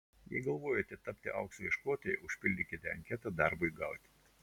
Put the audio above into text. jei galvojate tapti aukso ieškotoja užpildykite anketą darbui gauti